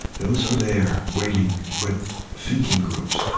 those are there, waiting, but thinking groups,